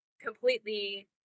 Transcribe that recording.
completely